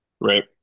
Right